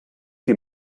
die